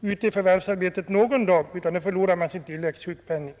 ute i förvärvsarbete en enda dag utan att förlora sin tilläggssjukpenning.